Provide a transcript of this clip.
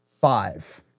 five